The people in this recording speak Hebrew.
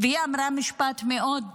והיא אמרה משפט שמאוד